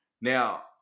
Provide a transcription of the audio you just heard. now